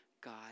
God